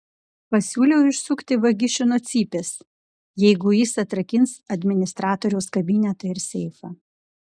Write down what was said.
pasiūliau išsukti vagišių nuo cypės jeigu jis atrakins administratoriaus kabinetą ir seifą